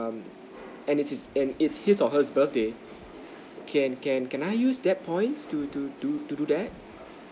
um and it is and it his or her birthday can can can I use that points to to to to do that